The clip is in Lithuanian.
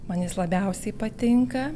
man jis labiausiai patinka